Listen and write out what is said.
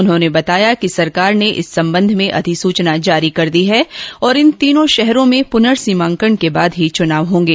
उन्होंने बताया कि सरकार ने इस संबंध में अधिसूचना जारी कर दी है और इन तीनों शहरों में पुनर्सीमांकन के बाद ही चुनाव होंगे